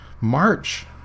march